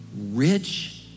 rich